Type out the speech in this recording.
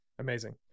Amazing